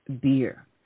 beer